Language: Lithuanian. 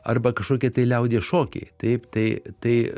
arba kažkokie tai liaudies šokiai taip tai tai